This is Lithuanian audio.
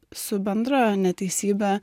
su bendra neteisybe